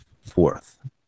fourth